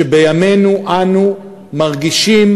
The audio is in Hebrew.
שבימינו אנו מרגישים,